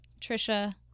Trisha